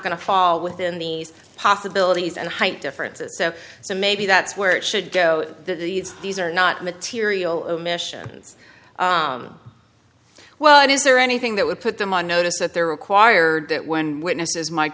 going to fall within these possibilities and hype differences so maybe that's where it should go these are not material omissions well it is there anything that would put them on notice that they're required that when witnesses might